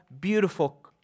beautiful